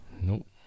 Nope